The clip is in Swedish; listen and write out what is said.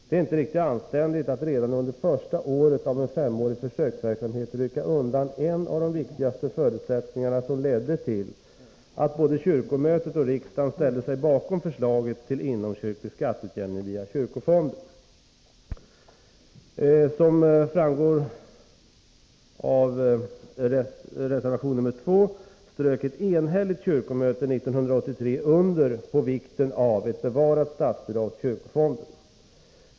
Det är inte riktigt anständigt att redan under första året av en femårig försöksverksamhet rycka undan en av de viktiga förutsättningar som ledde till att både kyrkomötet och riksdagen ställde sig bakom förslaget till inomkyrklig skatteutjämning via kyrkofonden. Som framgår av reservation 2 underströk ett enhälligt kyrkomöte år 1983 vikten av ett bevarat statsbidrag till kyrkofonden.